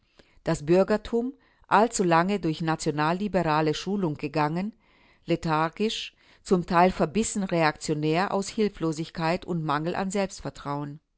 das bürgertum allzulange durch nationalliberale schulung gegangen lethargisch zum teil verbissen reaktionär aus hilflosigkeit und mangel an selbstvertrauen